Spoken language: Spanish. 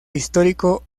histórico